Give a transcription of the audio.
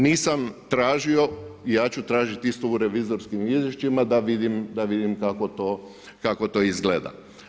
Nisam tražio, ja ću tražiti isto u revizorskim izvješćima da vidim kako to izgleda.